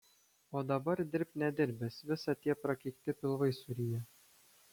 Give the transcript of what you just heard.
o dabar dirbk nedirbęs visa tie prakeikti pilvai suryja